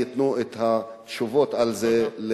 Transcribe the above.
ייתנו את התשובות על זה,